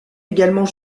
également